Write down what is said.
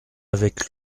avec